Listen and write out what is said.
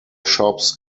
shops